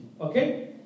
Okay